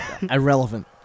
Irrelevant